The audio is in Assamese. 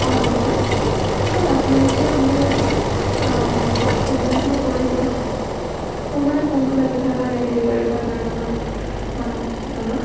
পাম নহয় হয় আপোনালোকে তেন্তে সুবিধা অকণ কৰি দিয়ক মোৰ মানে ফোনটো লাগি থকা নাই ডেলিভাৰী পাৰ্টনাৰজনৰ মানুহজনৰ